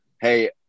Hey